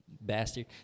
bastard